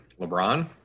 LeBron